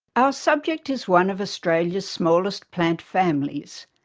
our subject is one of australia's smallest plant families,